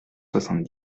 soixante